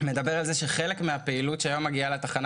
מדבר על זה שחלק מהפעילות שהיום מגיעה לתחנה